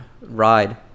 ride